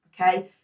okay